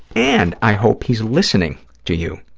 and i hope he's listening to you,